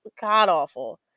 god-awful